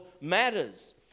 matters